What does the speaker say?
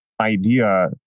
idea